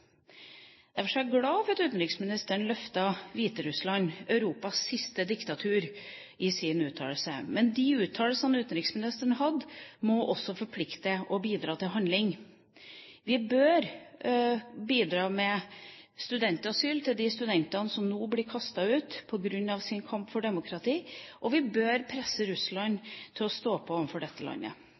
Derfor er jeg glad for at utenriksministeren løftet Hviterussland, Europas siste diktatur, i sin redegjørelse, men de uttalelsene utenriksministeren hadde, må også forplikte og bidra til handling. Vi bør bidra med studentasyl til de studentene som nå blir kastet ut på grunn av sin kamp for demokrati, og vi bør presse Russland til å stå på for dette landet.